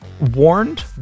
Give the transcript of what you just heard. warned